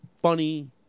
funny